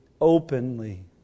openly